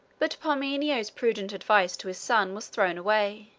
but parmenio's prudent advice to his son was thrown away.